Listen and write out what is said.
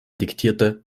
diktierte